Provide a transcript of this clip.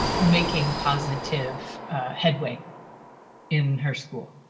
making positive headway in her school.